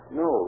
no